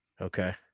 okay